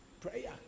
prayer